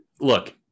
look